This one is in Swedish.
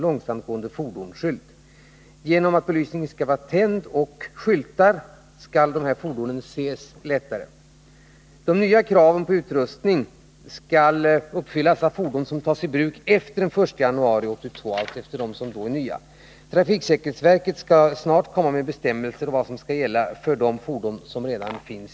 Tack vare tänd belysning och skyltar skall dessa fordon ses lättare. De nya utrustningskraven skall uppfyllas av fordon som tas i bruk efter den 1 januari 1982. Trafiksäkerhetsverket kommer inom kort med föreskrifter om vad som skall gälla för de fordon som redan finns.